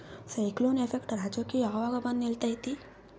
Cyclone effect ರಾಜ್ಯಕ್ಕೆ ಯಾವಾಗ ಬಂದ ನಿಲ್ಲತೈತಿ?